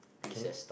can